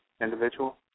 individual